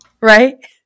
right